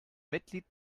mitglied